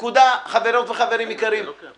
אני לא פועל בסתירה.